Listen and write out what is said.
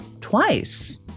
twice